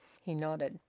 he nodded.